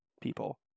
people